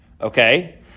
Okay